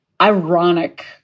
ironic